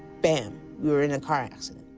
bam, we were in a car accident.